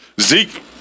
Zeke